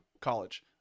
college